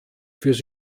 fürs